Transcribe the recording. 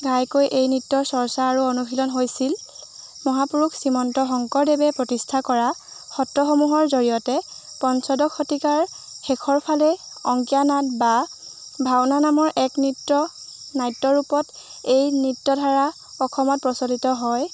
ঘাইকৈ এই নৃত্যৰ চৰ্চা আৰু অনুশীলন হৈছিল মহাপুৰুষ শ্ৰীমন্ত শংকৰদেৱে প্ৰতিষ্ঠা কৰা সত্ৰসমূহৰ জৰিয়তে পঞ্চদশ শতিকাৰ শেষৰফালে অংকীয়া নাট বা ভাওনা নামৰ এক নৃত্য নাট্যৰূপত এই নৃত্যধাৰা অসমত প্ৰচলিত হয়